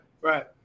right